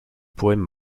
poème